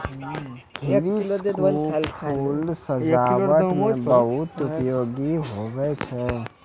hibiscus फूल सजाबट मे बहुत उपयोगी हुवै छै